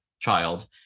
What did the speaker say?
child